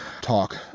talk